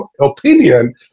opinion